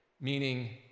meaning